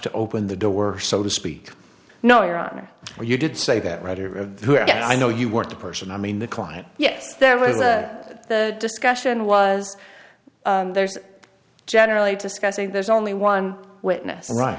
to open the door so to speak no your honor you did say that writer of who i know you weren't the person i mean the client yes there was the discussion was there's generally discussing there's only one witness right